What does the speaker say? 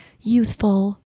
youthful